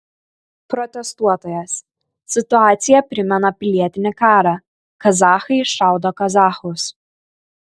protestuotojas situacija primena pilietinį karą kazachai šaudo kazachus